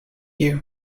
you